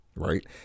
Right